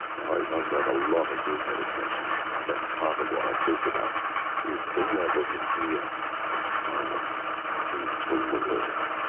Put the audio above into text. i've i've ran a lot of group meditations and that's part of what i talk about is being able to hear the silence in between the words.